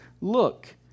look